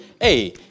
hey